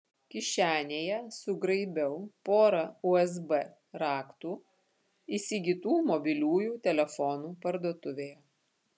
kišenėje sugraibiau porą usb raktų įsigytų mobiliųjų telefonų parduotuvėje